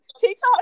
TikTok